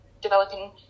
developing